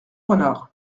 renard